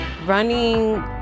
Running